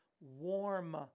warm